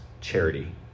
charity